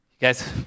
guys